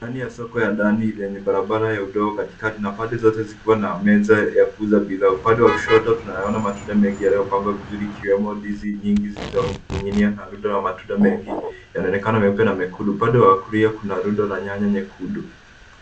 Ndani ya soko ya ndani yenye barabara ya udogo katikati na pande zote zikiwa na meza ya kuuza bidhaa. Upande wa kushoto tunayaona matunda mengi yaliyopangwa vizuri ikiwemo ndizi nyingi zilizoning'inia na rudo ya matunda mengi, yanaonekana meupe na mekundu. Upande wakulia kuna rudo na nyanya nyekundu.